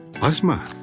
asma